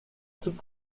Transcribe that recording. toute